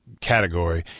category